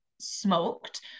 smoked